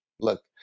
Look